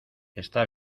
está